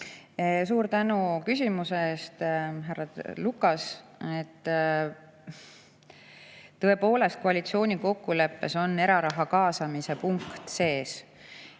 Suur tänu küsimuse eest, härra Lukas! Tõepoolest, koalitsiooni kokkuleppes on eraraha kaasamise punkt sees.